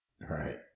Right